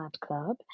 Club